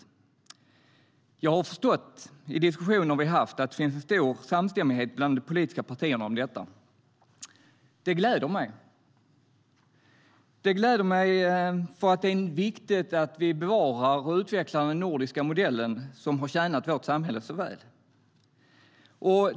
Jag har förstått i de diskussioner vi haft att det finns en stor samstämmighet bland de politiska partierna om detta. Det gläder mig. Det gläder mig därför att det är viktigt att vi bevarar och utvecklar den nordiska modellen som har tjänat vårt samhälle så väl.